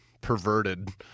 perverted